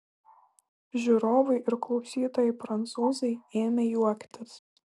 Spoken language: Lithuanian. žiūrovai ir klausytojai prancūzai ėmė juoktis